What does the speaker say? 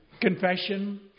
Confession